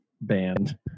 band